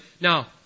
Now